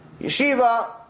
Yeshiva